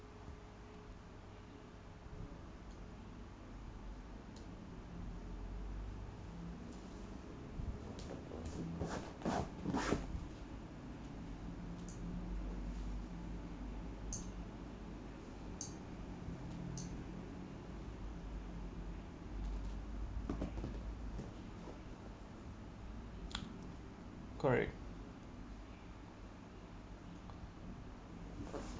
correct